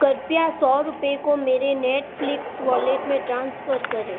कृपया सौ रुपये को मेरे नेटफ़्लिक्स वॉलेट में ट्रांसफ़र करें